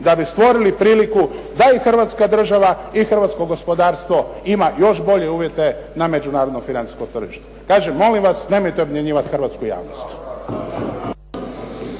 da bi stvorili priliku da i Hrvatska država i hrvatsko gospodarsko ima još bolje uvjete na međunarodno-financijskom tržištu. Kažem, molim vas nemojte obmanjivati hrvatsku javnost.